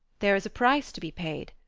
there is a price to be paid.